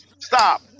Stop